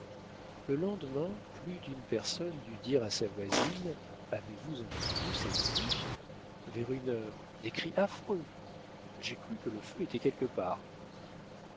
le lendemain plus d'une personne dut dire à sa voisine avez-vous entendu cette nuit vers une heure des cris affreux j'ai cru que le feu était quelque part